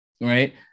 right